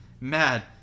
Mad